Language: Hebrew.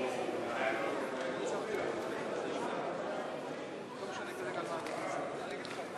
מסדר-היום את הצעת חוק הבנקאות (שירות ללקוח)